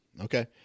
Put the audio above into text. Okay